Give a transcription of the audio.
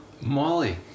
Molly